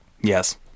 Yes